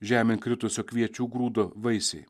žemėn kritusio kviečio grūdo vaisiai